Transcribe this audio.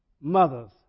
mothers